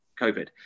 Covid